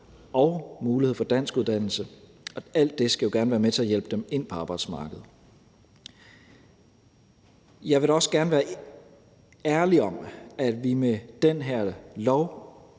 og mulighed for danskuddannelse. Og alt det skal jo gerne være med til at hjælpe dem ind på arbejdsmarkedet. Kl. 15:52 Jeg vil da også gerne være ærlig om, at vi med den her lov